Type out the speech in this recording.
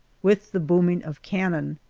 with the booming of cannon.